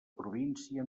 província